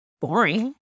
boring